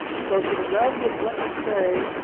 so, to the graduates, let me say,